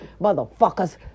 Motherfuckers